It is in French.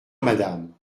madame